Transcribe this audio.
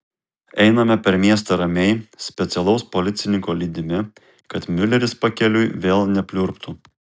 einame per miestą ramiai specialaus policininko lydimi kad miuleris pakeliui vėl nepliurptų